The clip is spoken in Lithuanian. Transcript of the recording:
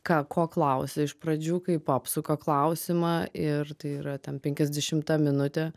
ką ko klausia iš pradžių kaip apsuka klausimą ir tai yra ten penkiasdešimta minutė